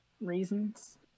reasons